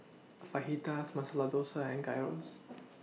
Fajitas Masala Dosa and Gyros